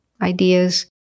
ideas